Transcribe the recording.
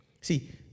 See